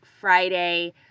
Friday